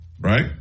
right